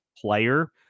player